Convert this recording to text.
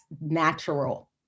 natural